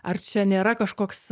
ar čia nėra kažkoks